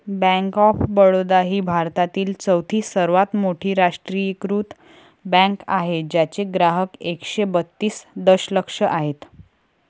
bank of Baroda ही भारतातील चौथी सर्वात मोठी राष्ट्रीयीकृत बँक आहे ज्याचे ग्राहक एकशे बत्तीस दशलक्ष आहेत